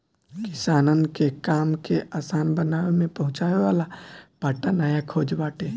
किसानन के काम के आसान बनावे में पहुंचावे वाला पट्टा नया खोज बाटे